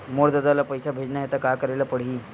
मोर ददा ल पईसा भेजना हे त का करे ल पड़हि?